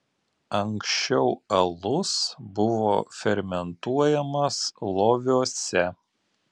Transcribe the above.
anksčiau alus buvo fermentuojamas loviuose